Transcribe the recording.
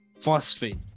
phosphate